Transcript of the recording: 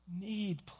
need